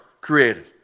created